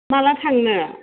माब्ला थांनो